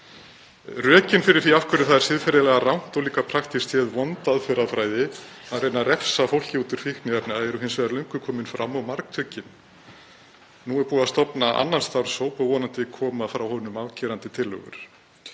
Rökin fyrir því af hverju það er siðferðilega rangt og líka praktískt séð vond aðferðafræði að reyna að refsa fólki út úr heimi fíkniefna eru hins vegar löngu komin fram og margtuggin. Nú er búið að stofna annan starfshóp og vonandi koma frá honum afgerandi tillögur.